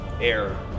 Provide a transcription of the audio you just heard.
air